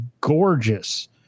gorgeous